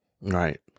Right